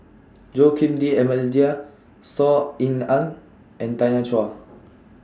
Joaquim D'almeida Saw Ean Ang and Tanya Chua